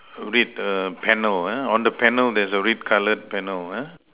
red err panel uh on the panel there's a red color panel uh